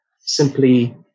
simply